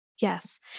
Yes